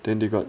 then they got